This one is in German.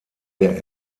der